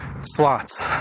slots